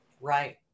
Right